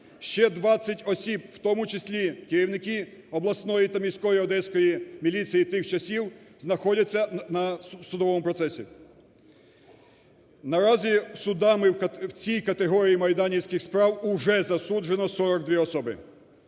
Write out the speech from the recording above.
Ще 20 осіб, в тому числі керівники обласної та міської одеської міліції тих часів знаходяться на судовому процесі. Наразі судами в цій категорії майданівських справ уже засуджено 42 особи.